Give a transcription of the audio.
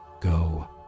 go